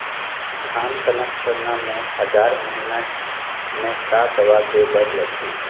धान कनक सरना मे हजार महीना मे का दवा दे बर लगही?